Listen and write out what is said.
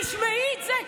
תשמעי את זה,